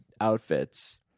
outfits